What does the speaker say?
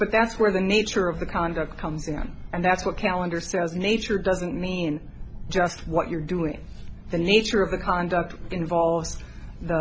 but that's where the nature of the conduct comes in and that's what calendar says nature doesn't mean just what you're doing the nature of the conduct involve